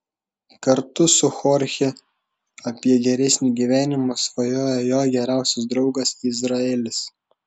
kartu su chorche apie geresnį gyvenimą svajoja jo geriausias draugas izraelis